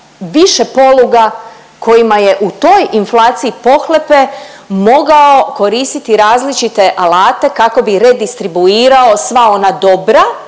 više poluga kojima je u toj inflaciji pohlepe mogao koristiti različite alate kako bi redistribuirao sva ona dobra